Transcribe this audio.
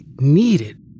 needed